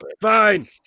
Fine